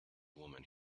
woman